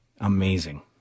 amazing